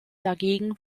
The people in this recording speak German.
dagegen